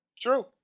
True